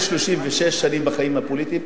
אחרי 36 שנים בחיים הפוליטיים,